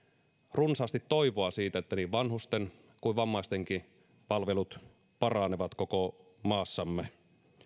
runsaasti toivoa siitä että niin vanhusten kuin vammaistenkin palvelut paranevat koko maassamme